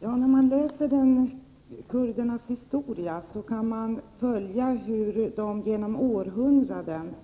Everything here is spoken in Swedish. Herr talman! När man läser kurdernas historia kan man följa hur de genom århundraden